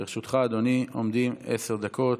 לרשותך, אדוני, עומדות עשר דקות.